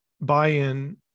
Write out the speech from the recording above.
buy-in